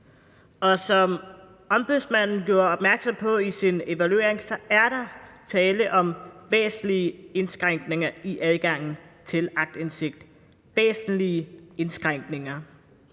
Som Ombudsmanden gjorde opmærksom på i sin evaluering, er der tale om væsentlige indskrænkninger i adgangen til aktindsigt, væsentlige indskrænkninger.